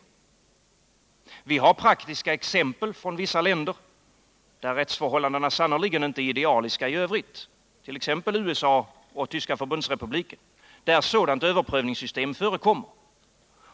Vi har praktiska exempel från vissa länder, där rättsförhållandena sannerligen inte är idealiska i övrigt —t.ex. USA och Tyska förbundsrepubliken — men där sådana överprövningssystem förekommer.